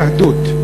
שירותי היהדות.